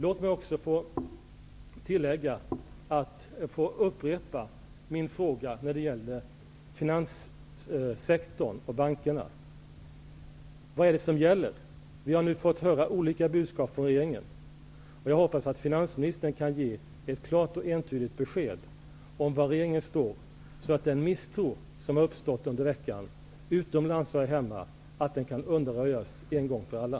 Låt mig också få upprepa min fråga när det gäller finanssektorn och bankerna. Vad är det som gäller? Vi har nu fått höra olika budskap från regeringen. Jag hoppas att finansministern kan ge ett klart och entydigt besked om var regeringen står, så att den misstro som har uppstått utomlands och här hemma under veckan kan undanröjas en gång för alla.